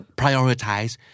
prioritize